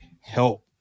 help